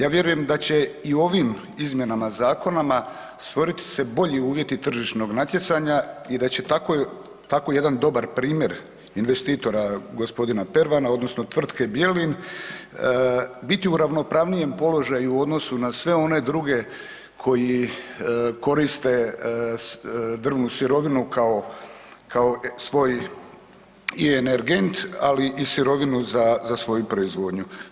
Ja vjerujem da će i u ovim izmjenama zakona stvoriti se bolji uvjeti tržišnog natjecanja i da će tako jedan dobar primjer investitora g. Pervana odnosno Tvrtke „Bjelin“ biti u ravnopravnijem položaju u odnosu na sve one druge koji koriste drvnu sirovinu kao svoj i energent, ali i sirovinu za svoju proizvodnju.